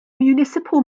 municipal